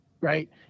right